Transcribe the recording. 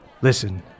Listen